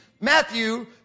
Matthew